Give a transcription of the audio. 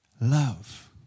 love